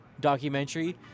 documentary